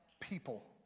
people